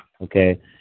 okay